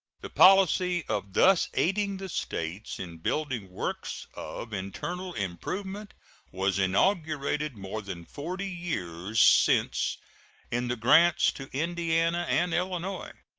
the policy of thus aiding the states in building works of internal improvement was inaugurated more than forty years since in the grants to indiana and illinois,